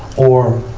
or,